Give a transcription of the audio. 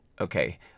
Okay